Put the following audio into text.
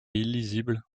illisible